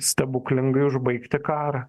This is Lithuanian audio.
stebuklingai užbaigti karą